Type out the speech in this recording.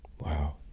Wow